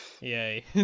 Yay